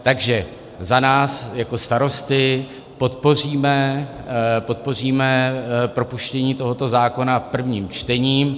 Takže za nás jako Starosty podpoříme propuštění tohoto zákona v prvním čtení.